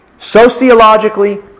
sociologically